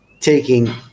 taking